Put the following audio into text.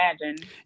imagine